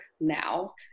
now